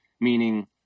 meaning